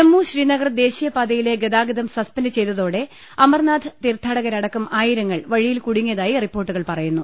ജമ്മു ശ്രീനഗർ ദേശീയ പാതയിലെ ഗതാഗതം സസ്പെന്റ് ചെയ്ത തോടെ അമർനാഥ് തീർത്ഥാടകരടക്കം ആയിരങ്ങൾ വഴിയിൽ കുടുങ്ങി യതായി റിപ്പോർട്ടൂകൾ പറയുന്നു